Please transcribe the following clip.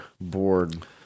bored